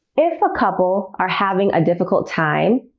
if a couple are having a difficult time,